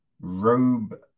Robe